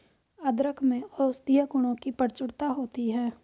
अदरक में औषधीय गुणों की प्रचुरता होती है